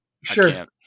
sure